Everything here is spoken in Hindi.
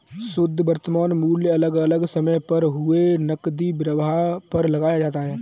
शुध्द वर्तमान मूल्य अलग अलग समय पर हुए नकदी प्रवाह पर लगाया जाता है